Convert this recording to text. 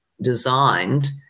designed